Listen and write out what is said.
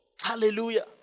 Hallelujah